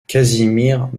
casimir